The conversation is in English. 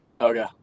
Okay